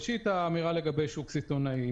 ראשית, האמירה לגבי שוק סיטונאי.